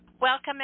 welcome